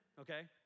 okay